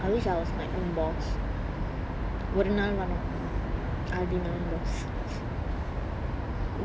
I wish I was my own boss ஒரு நாள் வந்து:oru naal vanthu I will be my own boss